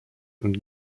und